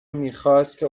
میخواست